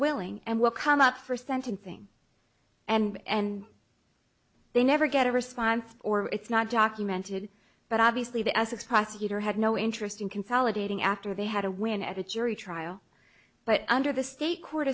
willing and we'll come up for sentencing and they never get a response or it's not documented but obviously the essex prosecutor had no interest in consolidating after they had a win at a jury trial but under the state court